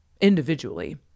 individually